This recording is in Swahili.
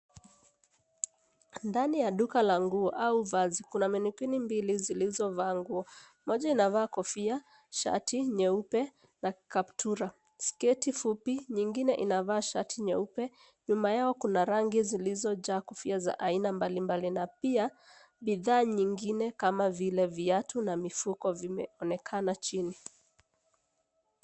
Ndani ya duka la nguo au vazi kuna mannequin mbili zilizovaa nguo. Moja inavaa kofia, shati nyeupe na kaptura, sketi fupi, nyingine inavaa shati nyeupe. Nyuma yao kuna rangi zilizojaa kofia za aina mbali mbali na pia bidhaa nyingine kama vile: viatu na mifuko vimeonekana chini.